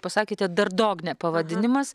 pasakėte dardognia pavadinimas